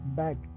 back